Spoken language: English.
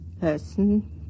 person